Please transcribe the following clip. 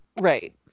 right